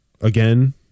again